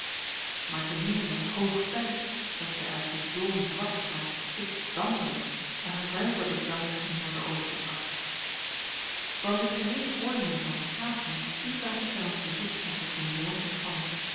maar te meer is het hoog tijd dat zij uit die blom dwarsstraat stik damplucht naar een zuiverder dampkring worde overgebracht van dit geheele voornemen van verplaatsing lieten wij ons bij ons bezoek echter geen woord ontvallen